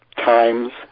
times